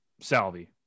salvi